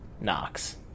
Knox